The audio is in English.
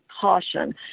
caution